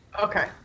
Okay